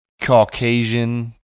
Caucasian